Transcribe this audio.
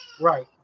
Right